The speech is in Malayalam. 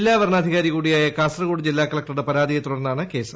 ജില്ലാ വരണാധികാരി കൂടിയായ കാസർഗോഡ് ജില്ലാ കലക്ടറുടെ പരാതിയെ തുടർന്നാണ് കേസ്